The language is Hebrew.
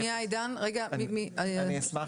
אני מן